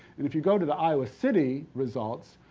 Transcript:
and if you go to the iowa city results,